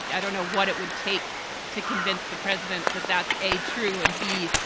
i don't know what it would take to convince the president that that's a, true and b,